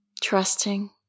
Trusting